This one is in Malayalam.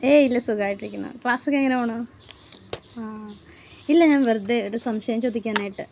ഏയില്ല സുഖമായിട്ട് ഇരിക്കുന്നു ക്ലാസ്സ് ഒക്കെ എങ്ങനെ പോകുന്നു ആ ഇല്ല ഞാൻ വെറുതെ ഒരു സംശയം ചോദിക്കാനായിട്ട്